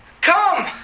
Come